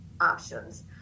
options